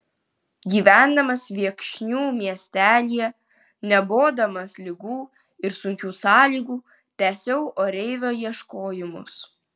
gyvendamas viekšnių miestelyje nebodamas ligų ir sunkių sąlygų tęsiau oreivio ieškojimus